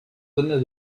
venait